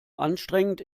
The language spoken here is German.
anstrengend